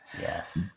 Yes